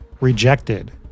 rejected